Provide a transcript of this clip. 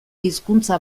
hizkuntza